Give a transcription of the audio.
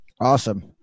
Awesome